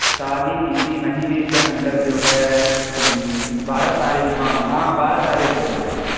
شادی اسی مہینے کے اندر جو ہے بارہ تاریخ میں ہاں ہاں بارہ تاریخ کو ہے شادی